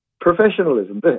professionalism